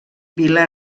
vila